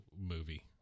movie